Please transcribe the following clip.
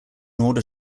order